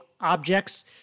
objects